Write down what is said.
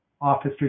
Office